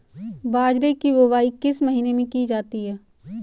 बाजरे की बुवाई किस महीने में की जाती है?